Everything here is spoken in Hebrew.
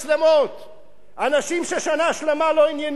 אנשים ששנה שלמה לא עניינו אותם ניצולי שואה,